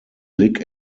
blick